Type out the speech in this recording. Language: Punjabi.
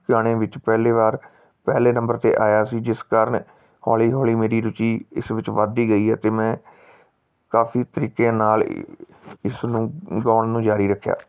ਗਾਣੇ ਵਿੱਚ ਪਹਿਲੀ ਵਾਰ ਪਹਿਲੇ ਨੰਬਰ 'ਤੇ ਆਇਆ ਸੀ ਜਿਸ ਕਾਰਨ ਹੌਲੀ ਹੌਲੀ ਮੇਰੀ ਰੁਚੀ ਇਸ ਵਿੱਚ ਵੱਧਦੀ ਗਈ ਅਤੇ ਮੈਂ ਕਾਫੀ ਤਰੀਕੇ ਨਾਲ ਇ ਇਸ ਨੂੰ ਗਾਉਣ ਨੂੰ ਜਾਰੀ ਰੱਖਿਆ